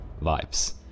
vibes